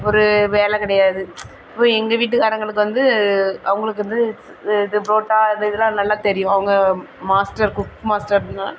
ஒரு வேலை கிடையாது இப்போது எங்கள் வீட்டுக்காரங்களுக்கு வந்து அவங்களுக்கு வந்து இது ப்ரோட்டா அந்த இதெலாம் நல்லா தெரியும் அவங்க மாஸ்டர் குக் மாஸ்டர்னாலே